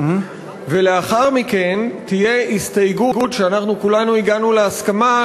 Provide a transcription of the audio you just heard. ולאחר מכן תהיה הסתייגות שעליה כולנו הגענו להסכמה,